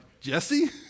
Jesse